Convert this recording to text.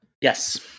Yes